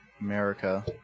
America